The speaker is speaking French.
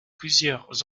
plusieurs